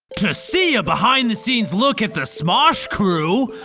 to see a behind the scenes look at the smosh crew,